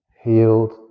healed